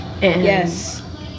Yes